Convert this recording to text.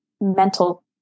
mental